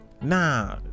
Nah